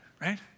right